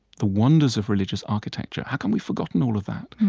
the wonders of religious architecture. how come we've forgotten all of that?